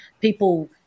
people